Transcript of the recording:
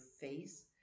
face